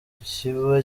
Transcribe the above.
kiba